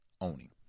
owning